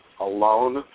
alone